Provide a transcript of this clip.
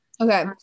Okay